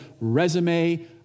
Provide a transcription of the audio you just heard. resume